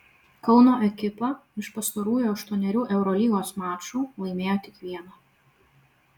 kauno ekipa iš pastarųjų aštuonerių eurolygos mačų laimėjo tik vieną